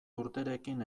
urterekin